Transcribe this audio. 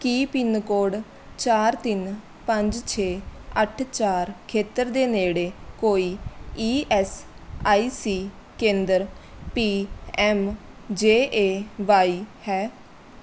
ਕੀ pin code ਚਾਰ ਤਿੰਨ ਪੰਜ ਛੇ ਅੱਠ ਚਾਰ ਖੇਤਰ ਦੇ ਨੇੜੇ ਕੋਈ ਈ ਐੱਸ ਆਈ ਸੀ ਕੇਂਦਰ P M J A Y ਹੈ